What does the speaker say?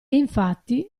infatti